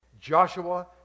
Joshua